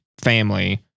family